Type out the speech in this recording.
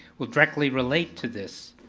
will directly relate to this.